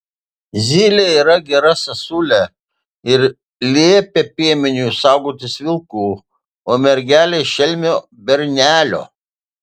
zylė yra gera sesulė ir liepia piemeniui saugotis vilkų o mergelei šelmio bernelio